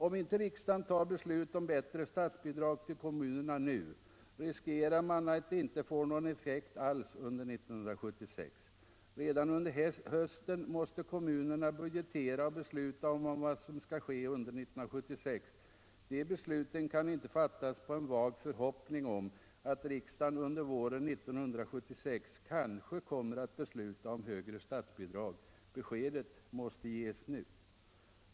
Om inte riksdagen tar beslut om bättre statsbidrag till kommunerna nu riskerar man att det inte får någon effekt alls under 1976. Redan under hösten måste kommunerna budgetera och besluta om vad som skall ske under 1976. De besluten kan inte fattas på en vag förhoppning om att riksdagen under våren 1976 kanske kommer att besluta om högre statsbidrag. Beskedet måste ges nu.